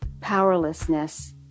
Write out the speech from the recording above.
powerlessness